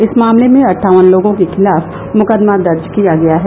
इस मामले में अटठावन लोगों के खिलाफ मुकदमा दर्ज किया गया है